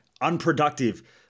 unproductive